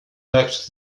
next